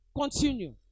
Continue